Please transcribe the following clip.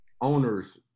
owners